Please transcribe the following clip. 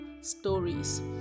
Stories